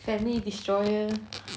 family destroyer